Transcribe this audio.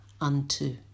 unto